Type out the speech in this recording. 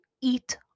eat